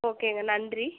ஓகேங்க நன்றி